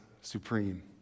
supreme